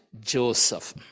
Joseph